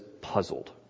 puzzled